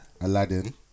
Aladdin